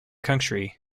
country